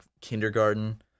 kindergarten